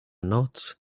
noc